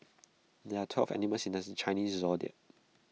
there are twelve animals in does the Chinese Zodiac